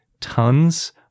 tons